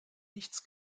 nichts